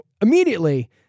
immediately